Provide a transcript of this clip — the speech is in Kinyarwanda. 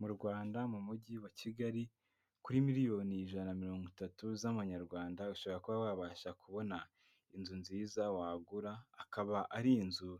Mu rwanda mu mujyi wa kigali kuri miliyoni ijana na mirongo itatu z'amanyarwanda ushobora kuba wabasha kubona inzu nziza wagura akaba ari inzu